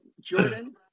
Jordan